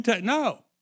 No